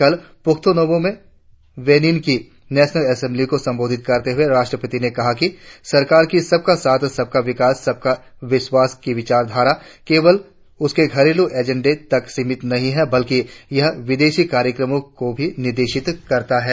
कल Porto Novo मे Benin की नेशनल असेंबली को संबोधित करते हुए राष्ट्रपति ने कहा कि सरकार की सबका साथ सबका विकास सबका विश्वास की विचारधारा केवल उसके घरेलू एजेंडे तक ही सीमित नहीं है बल्कि यह विदेशी कार्यक्रमों को भी निर्देशित करता है